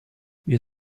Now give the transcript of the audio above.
wir